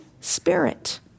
Spirit